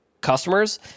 customers